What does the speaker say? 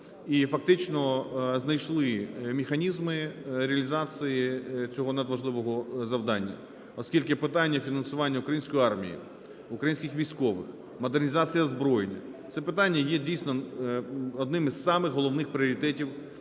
і фактично знайшли механізми реалізації цього надважливого завдання, оскільки питання фінансування української армії, українських військових, модернізація озброєння – це питання є дійсно одним із самих головних пріоритетів в нашій